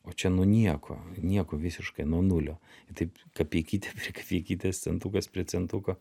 o čia nu nieko nieko visiškai nuo nulio taip kapeikytė prie kapeikytės centukas prie centuko